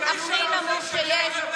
זה לא בידיים שלהם,